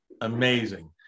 Amazing